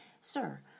Sir